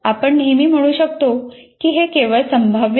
आपण नेहमी म्हणू शकता की हे केवळ संभाव्य आहे